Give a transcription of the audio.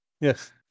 Yes